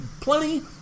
plenty